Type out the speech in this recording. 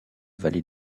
vallée